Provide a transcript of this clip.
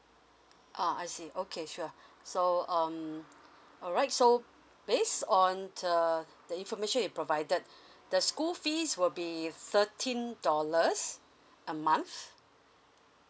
ah I see okay sure so um alright so based on the the information you provided the school fees will be thirteen dollars a month